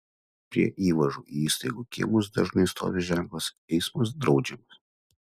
prie įvažų į įstaigų kiemus dažnai stovi ženklas eismas draudžiamas